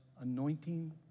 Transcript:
anointing